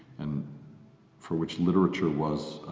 and for which literature was